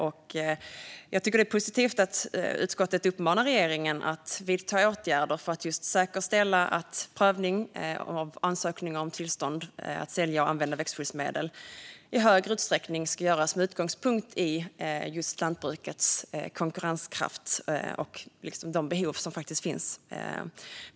Jag tycker att det är positivt att utskottet uppmanar regeringen att vidta åtgärder för att säkerställa att prövning av ansökningar om tillstånd att sälja och använda växtskyddsmedel i större utsträckning ska göras med utgångspunkt i just lantbrukets konkurrenskraft och de behov som faktiskt finns.